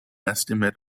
estimate